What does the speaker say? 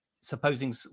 supposing